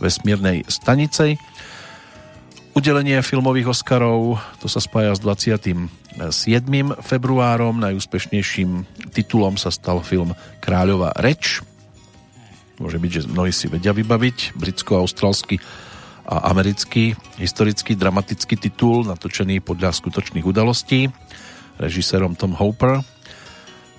vesmírnej stanicej. Udelenie filmových Oscarov, to sa spája s 27. februárom. Najúspešnejším titulom sa stal film Kráľová reč. Môže byť, že mnohí si vedia vybaviť britsko-australsky a americký historický dramatický titul, natočený podľa skutočných udalostí. Režisérom Tom Hooper